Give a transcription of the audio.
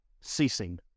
ceasing